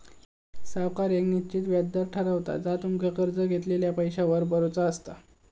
सावकार येक निश्चित व्याज दर ठरवता जा तुमका कर्ज घेतलेल्या पैशावर भरुचा असता